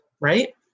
right